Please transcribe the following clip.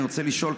אני רוצה לשאול,